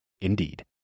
Indeed